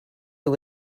you